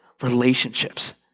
relationships